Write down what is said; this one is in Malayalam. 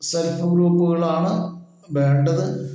സെൽഫ് ഗ്രൂപ്പുകളാണ് വേണ്ടത്